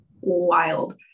wild